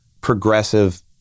progressive